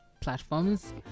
platforms